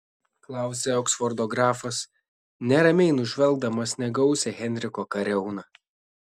klausia oksfordo grafas neramiai nužvelgdamas negausią henriko kariauną